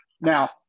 Now